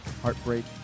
heartbreak